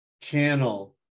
channel